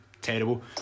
terrible